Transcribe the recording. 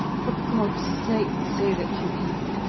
for god's sake, say that you can.